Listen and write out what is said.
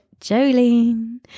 Jolene